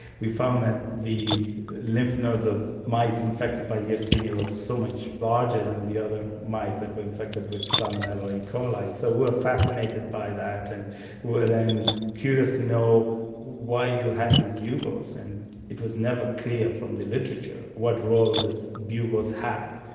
we found that the lymph nodes of mice infected by yersinia was so much larger than the other mice that were infected with salmonella or e. coli. so we were fascinated by that, and we were then curious to know why you had these buboes, and it was never clear from the literature what role these buboes had.